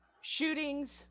shootings